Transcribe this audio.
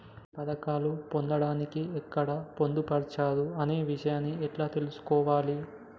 ఈ పథకాలు పొందడానికి ఎక్కడ పొందుపరిచారు అనే విషయాన్ని ఎలా తెలుసుకోవాలి?